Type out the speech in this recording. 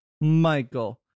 Michael